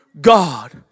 God